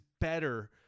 better